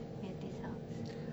at this house